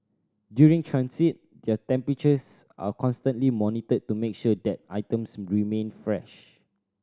during transit their temperatures are constantly monitored to make sure that items remain fresh